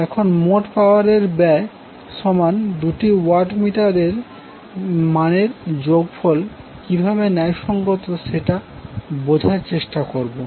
এখন মোট পাওয়ার এর ব্যয় সমান দুটি ওয়াট মিটার এর মানের যোগফল কিভাবে ন্যায়সঙ্গত সেটা বোঝার চেষ্টা করবো